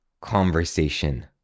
conversation